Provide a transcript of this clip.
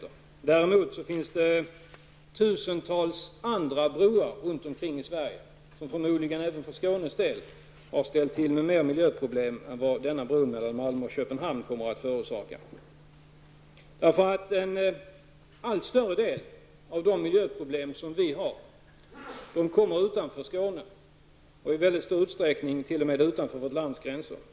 Däremot finns det tusentals andra broar runt omkring i Sverige som förmodligen även för Skånes del har ställt till med mer miljöproblem än vad denna bro mellan Malmö och Köpenhamn kommer att förorsaka. En allt större del av de miljöproblem vi har, har sitt ursprung utanför Skåne och i mycket stor utsträckning t.o.m. utanför vårt lands gränser.